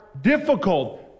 difficult